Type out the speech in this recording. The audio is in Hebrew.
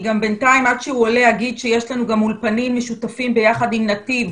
בינתיים אגיד שיש לנו גם אולפנים משותפים ביחד עם נתיב,